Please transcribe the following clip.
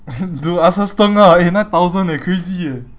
dude ask her ah nine thousand eh crazy eh